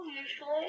usually